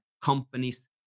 companies